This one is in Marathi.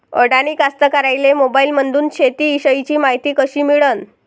अडानी कास्तकाराइले मोबाईलमंदून शेती इषयीची मायती कशी मिळन?